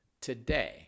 today